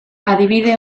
adibide